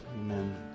Amen